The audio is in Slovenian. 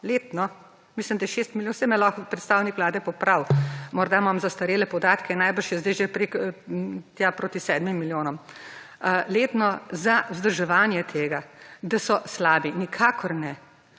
letno – mislim, da je 6 milijonov, saj me lahko predstavnik Vlade popravi, morda imam zastarele podatke najbrž je sedaj proti 7 milijonom – za vzdrževanje tega, da so slabi. Nikakor ne.